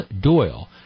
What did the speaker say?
Doyle